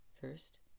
first